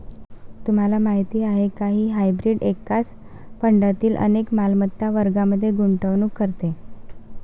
तुम्हाला माहीत आहे का की हायब्रीड एकाच फंडातील अनेक मालमत्ता वर्गांमध्ये गुंतवणूक करते?